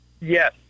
Yes